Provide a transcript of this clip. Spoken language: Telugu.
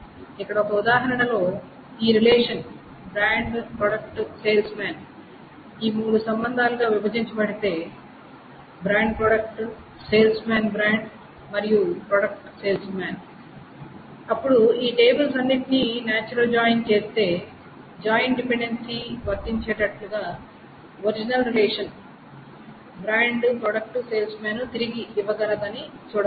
ఇక్కడ ఈ ఉదాహరణలో ఈ relation brand product salesman ఈ మూడు సంబంధాలుగా విభజించబడితే brand products salesman brand మరియు ప్రొడక్ట్ సేల్స్ మాన్ అప్పుడు ఈ టేబుల్స్ అన్నింటిని నాచురల్ జాయిన్ చేస్తే జాయిన్ డిపెండెన్సీ వర్తించేటట్లు original relation brand product salesman తిరిగి ఇవ్వగలదని చూడవచ్చు